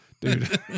Dude